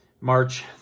March